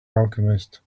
alchemist